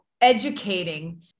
educating